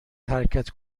حرکت